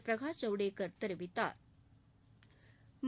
Prakash Javadekar தெரிவித்தாள்